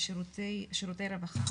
שירותי הרווחה